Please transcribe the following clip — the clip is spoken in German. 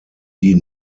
die